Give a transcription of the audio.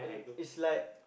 is like